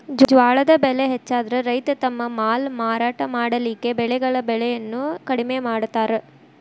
ಜ್ವಾಳದ್ ಬೆಳೆ ಹೆಚ್ಚಾದ್ರ ರೈತ ತಮ್ಮ ಮಾಲ್ ಮಾರಾಟ ಮಾಡಲಿಕ್ಕೆ ಬೆಳೆಗಳ ಬೆಲೆಯನ್ನು ಕಡಿಮೆ ಮಾಡತಾರ್